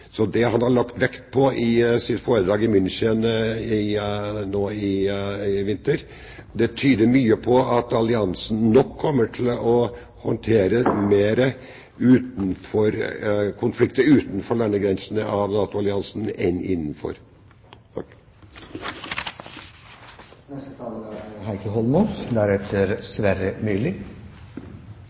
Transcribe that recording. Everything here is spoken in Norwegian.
Det la han vekt på i sitt foredrag i München nå i vinter. Mye tyder på at alliansen nok kommer til å håndtere flere konflikter utenfor landegrensene av NATO-alliansen enn innenfor. Til forrige taler,